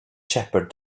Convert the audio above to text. shepherd